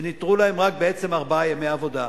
ונותרו להם רק בעצם ארבעה ימי עבודה.